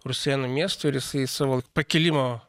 rusėnų miest ir jisai savo pakilimo